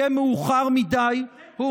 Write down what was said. התעשת לפני שיהיה מאוחר מדי, אתם תתעשתו.